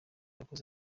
wakoze